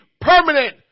permanent